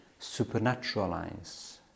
supernaturalize